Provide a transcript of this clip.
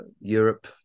Europe